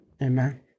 Amen